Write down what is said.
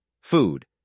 Food